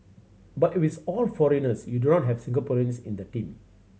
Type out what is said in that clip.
but if it's all foreigners you do not have Singaporeans in the team